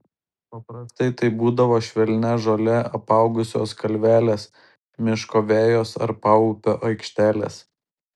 paprastai tai būdavo švelnia žole apaugusios kalvelės miško vejos ar paupio aikštelės